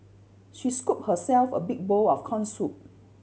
she scooped herself a big bowl of corn soup